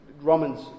Romans